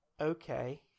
okay